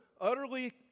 utterly